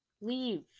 Leave